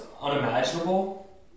unimaginable